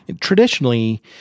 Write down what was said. Traditionally